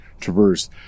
traverse